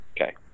Okay